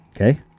okay